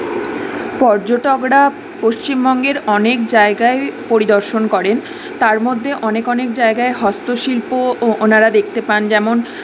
পর্যটকরা পশ্চিমবঙ্গের অনেক জায়গায় পরিদর্শন করেন তার মধ্যে অনেক অনেক জায়গায় হস্ত শিল্পও ওঁরা দেখতে পান যেমন